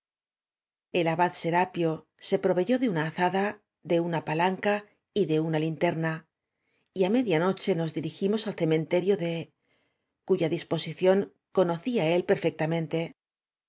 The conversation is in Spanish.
abad serapio se proveyó de una azada de una palanca y de una linteraa y á media noche nos dirigimos al cementerio de cuya dispo sición conocía él perfectamente